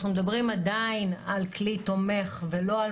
אנחנו עדיין מדברים על כלי תומך ולא על